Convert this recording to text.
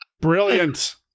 Brilliant